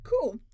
Cool